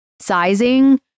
sizing